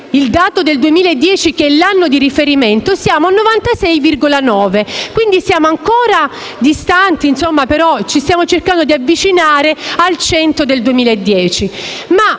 il dato 2010, che è l'anno di riferimento, siamo a 96,9. Quindi, siamo ancora distanti però stiamo cercando di avvicinarci al 100 del 2010.